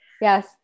Yes